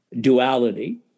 duality